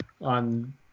on